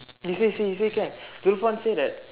they say see he say can Zulfan say that